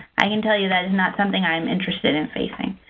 i can tell you that is not something i'm interested in facing,